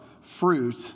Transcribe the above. fruit